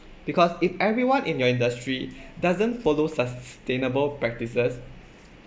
because if everyone in your industry doesn't follow sustainable practices